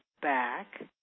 back